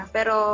Pero